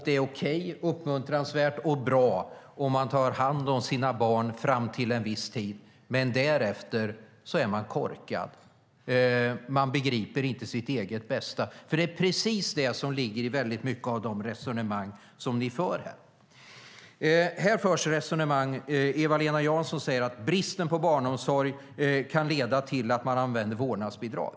Det är okej, uppmuntransvärt och bra om man tar hand om sina barn fram till en viss ålder. Men därefter är man korkad. Man begriper inte sitt eget bästa. Det är precis det som ligger i de resonemang som ni för här. Eva-Lena Jansson säger att bristen på barnomsorg kan leda till att man använder vårdnadsbidrag.